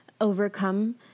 overcome